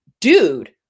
Dude